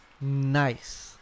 Nice